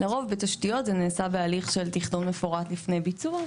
לרוב בתשתיות זה נעשה בהליך של תכנון מפורט לפני ביצוע.